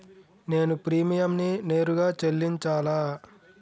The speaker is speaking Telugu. నేను ప్రీమియంని నేరుగా చెల్లించాలా?